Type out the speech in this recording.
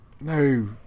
No